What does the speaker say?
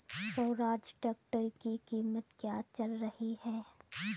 Swaraj tractor की कीमत क्या चल रही है?